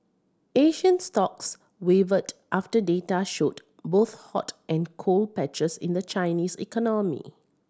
Asian stocks wavered after data showed both hot and cold patches in the Chinese economy